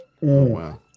Wow